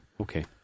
Okay